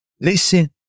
listen